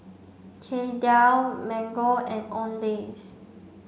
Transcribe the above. Chesdale Mango and Owndays